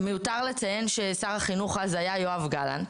מיותר לציין ששר החינוך אז היה יואב גלנט.